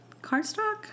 Cardstock